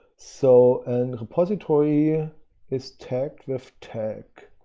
so and repository is tagged with tag.